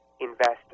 investors